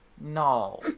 No